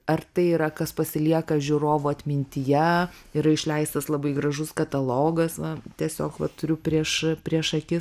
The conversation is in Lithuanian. ar tai yra kas pasilieka žiūrovų atmintyje ir išleistas labai gražus katalogas va tiesiog va turiu prieš prieš akis